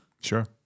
Sure